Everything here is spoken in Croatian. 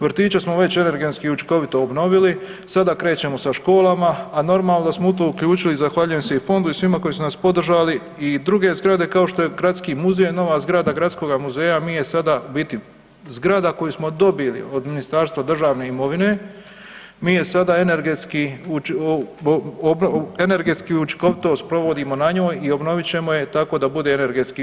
Vrtiće smo već energetski učinkovito obnovili, sada krećemo sa školama, a normalno da smo u to uključili, zahvaljujem se i fondu i svima koji su nas podržali i druge zgrade kao što je Gradski muzej, nova zgrada Gradskog muzeja mi je sada u biti zgrada koju smo dobili od Ministarstva državne imovine, mi je sada energetski učinkovitost provodimo na njoj i obnovit ćemo je tako da bude energetski